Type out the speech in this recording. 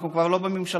אנחנו כבר לא בממשלה.